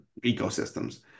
ecosystems